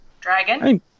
Dragon